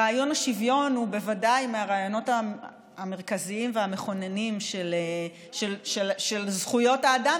רעיון השוויון הוא בוודאי מהרעיונות המרכזיים והמכוננים של זכויות האדם,